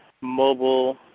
mobile